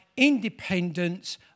independence